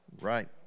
right